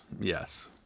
Yes